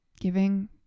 giving